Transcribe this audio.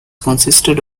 consisted